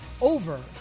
over